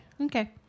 Okay